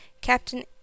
captain